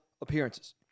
appearances